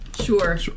Sure